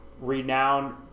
Renowned